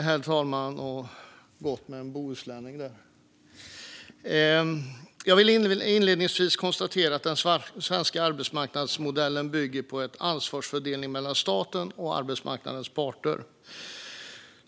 Herr talman! Jag vill inledningsvis konstatera att den svenska arbetsmarknadsmodellen bygger på en ansvarsfördelning mellan staten och arbetsmarknadens parter.